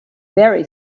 very